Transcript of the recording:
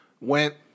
Went